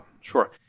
sure